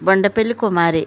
Bandapalli Kumari